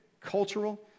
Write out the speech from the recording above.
cultural